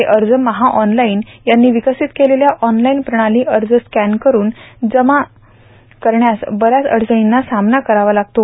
हे अर्ज महाऑनलाईन यांनी विकसित केलेल्या ऑनलाईन प्रणाली अर्ज स्कॅन करून जमा करण्यास बऱ्याच अडचणींचा सामना करावा लागत असतो